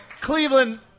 Cleveland –